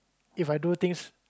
If I do things